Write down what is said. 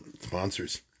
Sponsors